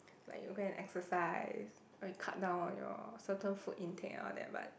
like you'll go and exercise or you cut down on your certain food intake and all that but